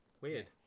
weird